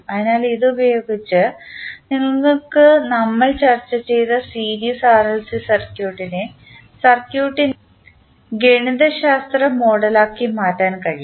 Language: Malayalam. അതിനാൽ ഇത് ഉപയോഗിച്ച് നിങ്ങൾക്ക് നമ്മൾ ചർച്ച ചെയ്ത സീരീസ് ആർഎൽസി സർക്യൂട്ടിനെ സർക്യൂട്ടിൻറെ ഗണിതശാസ്ത്ര മോഡലാക്കി മാറ്റാൻ കഴിയും